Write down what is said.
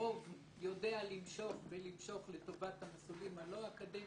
הרוב יודע למשוך לטובת המסלולים הלא אקדמיים.